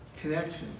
connection